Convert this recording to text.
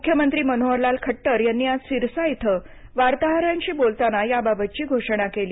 मुख्यमंत्री मनोहरलाल खट्टर यांनी आज सिरसा इथं वार्ताहरांशी बोलताना या बाबतची घोषणा केली